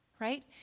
right